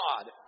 God